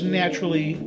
naturally